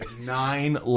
nine